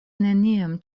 neniam